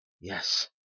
Yes